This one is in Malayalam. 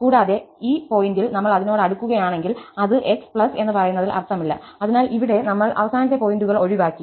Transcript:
കൂടാതെ ഈ പോയിന്റിൽ നമ്മൾ അതിനോട് അടുക്കുകയാണെങ്കിൽ അത് x എന്ന് പറയുന്നതിൽ അർത്ഥമില്ല അതിനാൽ ഇവിടെ നമ്മൾ അവസാനത്തെ പോയിന്റുകൾ ഒഴിവാക്കി